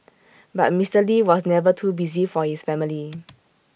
but Mister lee was never too busy for his family